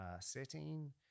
setting